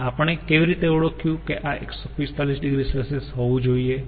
અને આપણે કેવી રીતે ઓળખ્યું કે આ 145 oC હોવું જોઈએ